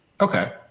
Okay